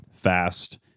fast